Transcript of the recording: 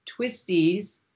twisties